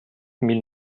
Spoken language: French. mille